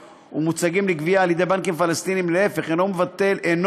ומוצגים לגבייה על ידי בנקים פלסטיניים ולהפך אינו מבוטל,